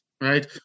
right